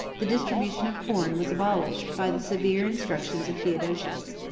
the distribution of corn was abolished, by the severe instructions of theodosius.